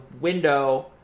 window